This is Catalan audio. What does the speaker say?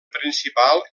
principal